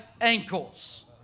ankles